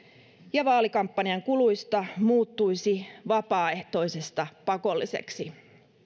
ja vaalikampanjan kuluista muuttuisi vapaaehtoisesta pakolliseksi